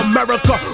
America